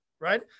right